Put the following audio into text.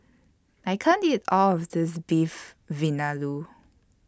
I can't eat All of This Beef Vindaloo